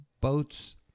boats